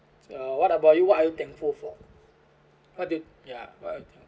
so what about you what are you thankful for what do you ya what are you thankful for